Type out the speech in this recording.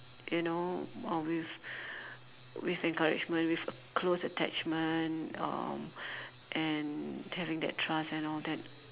you know uh with with encouragement with close attachment uh and having that trust and all that